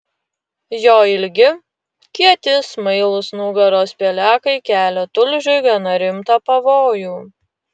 jo ilgi kieti smailūs nugaros pelekai kelia tulžiui gana rimtą pavojų